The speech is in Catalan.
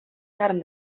carn